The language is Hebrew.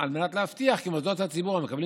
על מנת להבטיח כי מוסדות הציבור המקבלים